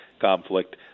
conflict